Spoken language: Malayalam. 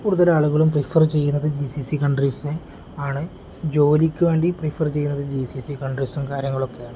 കൂടുതൽ ആളുകളും പ്രിഫർ ചെയ്യുന്നത് ജി സി സി കൺട്രീസ് ആണ് ജോലിക്ക് വേണ്ടി പ്രിഫർ ചെയ്യുന്നത് ജി സി സി കൺട്രീസും കാര്യങ്ങളൊക്കെയാണ്